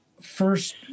first